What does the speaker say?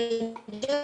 העדה